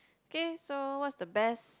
K so what's the best